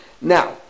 Now